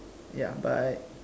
ya bye